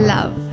Love